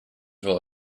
will